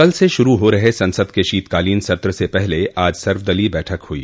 कल से शुरू हो रहे संसद के शीतकालीन सत्र से पहले आज सर्वदलीय बैठक हुई